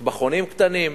מטבחונים קטנים,